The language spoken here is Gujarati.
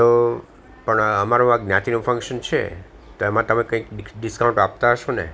તો પણ અમારૂ આ જ્ઞાતિનું ફંક્શન છે તેમાં તમે કંઈક ડિસ્કાઉન્ટ આપતા હશોને